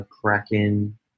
Kraken